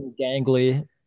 Gangly